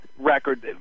record